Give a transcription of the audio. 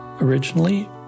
originally